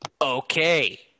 Okay